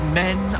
men